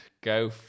go